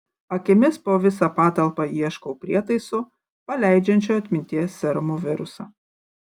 akimis po visą patalpą ieškau prietaiso paleidžiančio atminties serumo virusą